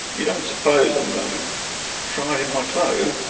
you don't suppose i'm going to try in my clothes?